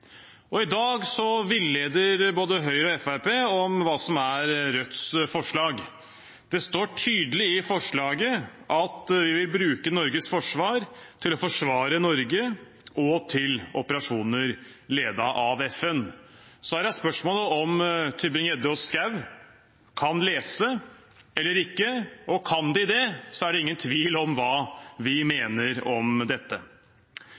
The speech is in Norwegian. ikke. I dag villeder både Høyre og Fremskrittspartiet om hva som er Rødts forslag. Det står tydelig i forslaget at vi vil bruke Norges forsvar til å forsvare Norge og til operasjoner ledet av FN. Så her er spørsmålet om Tybring-Gjedde og Schou kan lese, eller ikke. Og kan de det, er det ingen tvil om hva vi mener om dette.